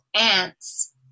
ants